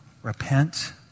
repent